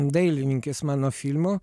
dailininkės mano filmo